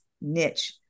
niche